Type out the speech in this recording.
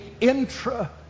intra